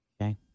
Okay